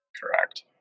Correct